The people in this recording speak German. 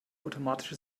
automatische